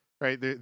right